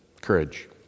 courage